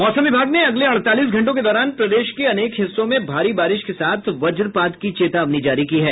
मौसम विभाग ने अगले अड़तालीस घंटों के दौरान प्रदेश के अनेक हिस्सों में भारी बारिश के साथ वज्रपात की चेतावनी जारी की है